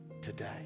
today